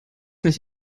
nicht